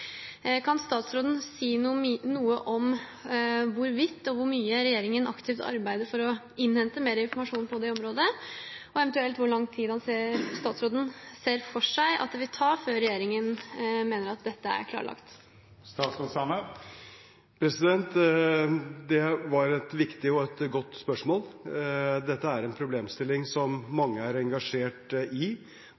Kan statsråden si noe om hvorvidt og hvor mye regjeringen aktivt arbeider for å innhente mer informasjon på det området, og eventuelt hvor lang tid statsråden ser for seg at det vil ta før regjeringen mener at dette er klarlagt? Det var et viktig og godt spørsmål. Dette er en problemstilling som